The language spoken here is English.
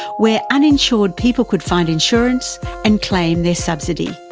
where uninsured people could find insurance and claim their subsidy.